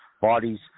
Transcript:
bodies